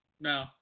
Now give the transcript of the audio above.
No